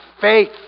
faith